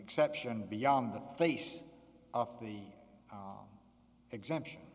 exception beyond the face of the exemption